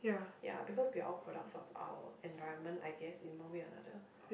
ya because we are all products of our environment I guess in one way or another